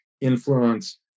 influence